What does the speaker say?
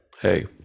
Hey